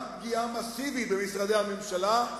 גם פגיעה מסיבית במשרדי הממשלה.